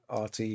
RT